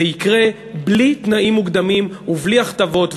זה יקרה בלי תנאים מוקדמים ובלי הכתבות,